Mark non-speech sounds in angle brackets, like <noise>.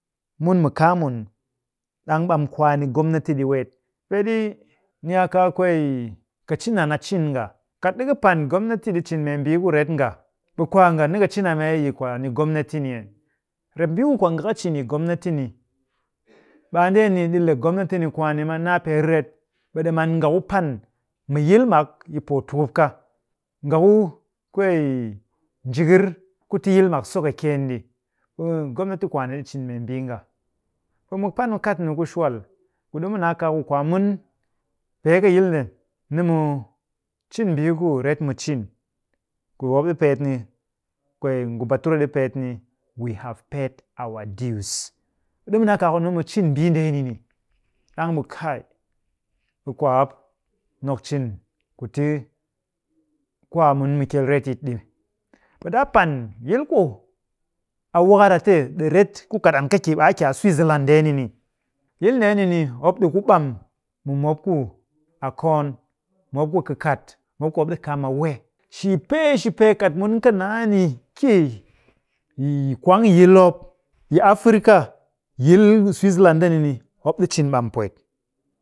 Mun mu kaa mun, ɗang ɓam kwaani gomnati ɗi weet. Ɓe ɗi, ni a kaa kwee ka cin an a cin nga. Kat ɗika pan gomnati ɗi membii ku ret nga, ɓe kwaanga nika cin a mee yi kwaani gomnati ni ee? Rep mbii ku kwaanga ka cin yi gomnati ni, <noise> ɓe a ndeeni ɗi le gomnati ni kwaani maa naa pee riret. Ɓe ɗi man nga ku pan mu yil mak yi pootukup ka. Nga ku kwee njikir ku ti yil mak sokɨkyeen ɗi. Ɓe gomnati kwaani ɗi cin membii nga. Ɓe mu pan mu kat ni ku shwal, ku ɗi mu naa kaaku kwaamun pee kɨ yil nde nimu cin mbii ku ret mu cin ku mop ɗi peet ni, kwee ngu bature ɗi peet ni, we have paid our dues. Ɓe ɗimu naa kaaku nimu cin mbii ndeeni ni, ɗang ɓe kai, ɓe kwaamop nok cin ku ti kwaamun mu kyel retyit ɗi. Ɓe ɗaa pan yil ku a wakar a te ɗi ret ku kat an kɨ ki, ɓe a ki a switzerland ndeeni ni. Yil ndeeni ni, mop ɗi ku ɓam mu mop ku a koon, mop ku kɨkat, mop ku mop ɗi kam a we. Shipee shipee kat mun kɨ naa ni ki yi kwang yil mop, yi afrika, yil switzerland ndeni ni, mop ɗi cin ɓam pwet